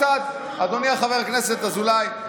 אדוני חבר הכנסת אזולאי,